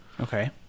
Okay